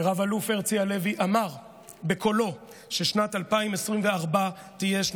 מלחמה של עשר שנים, זה מה